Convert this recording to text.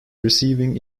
receiving